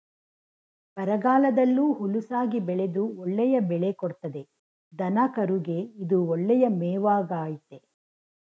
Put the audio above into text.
ಬರಗಾಲದಲ್ಲೂ ಹುಲುಸಾಗಿ ಬೆಳೆದು ಒಳ್ಳೆಯ ಬೆಳೆ ಕೊಡ್ತದೆ ದನಕರುಗೆ ಇದು ಒಳ್ಳೆಯ ಮೇವಾಗಾಯ್ತೆ